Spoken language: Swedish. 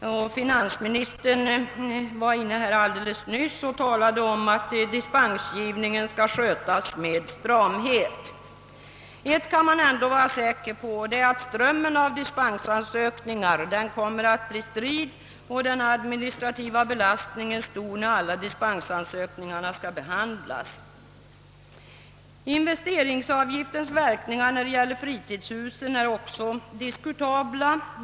Finansministern var här alldeles nyss och talade om att dispensgivningen skall skötas med stramhet. Ett kan man ändå vara säker på, och det är att strömmen av dispensansökningar kommer att bli strid och den administrativa belastningen stor när alla dispensansökningarna skall behandlas. Investeringsavgiftens verkningar när det gäller fritidshusen är också diskutabla.